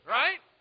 right